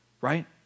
right